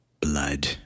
Blood